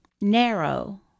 narrow